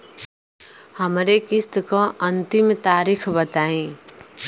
हमरे किस्त क अंतिम तारीख बताईं?